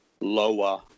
lower